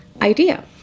idea